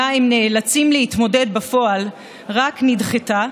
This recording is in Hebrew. שעימה הם נאלצים להתמודד בפועל רק נדחתה,